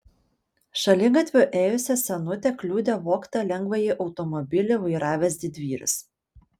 šaligatviu ėjusią senutę kliudė vogtą lengvąjį automobilį vairavęs didvyris